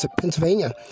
Pennsylvania